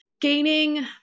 gaining